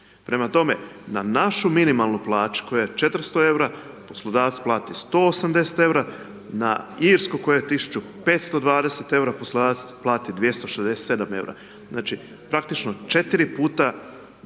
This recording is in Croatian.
Prema tome, na našu minimalnu plaću koja je 400 eura, poslodavac plati 180 eura, na irsku koja je 1520 eura, poslodavac plati 267 eura. Znači praktično, 4 puta